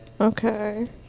Okay